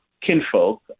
kinfolk